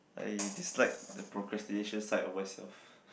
I dislike the procrastination side of myself